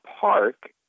Park